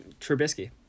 Trubisky